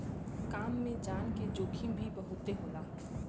काम में जान के जोखिम भी बहुते होला